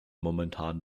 momentan